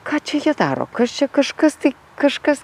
ką čia jie daro kas čia kažkas tai kažkas